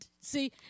see